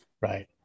right